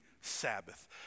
Sabbath